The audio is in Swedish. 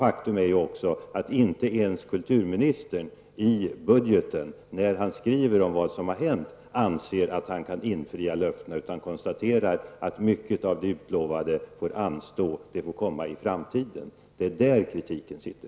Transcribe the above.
Faktum är att inte ens kulturministern i budgeten, när han skriver om vad som har hänt, anser att han kan infria löftena. Han konstaterar att mycket av det utlovade får anstå. Det får komma i framtiden. Det är det kritiken gäller.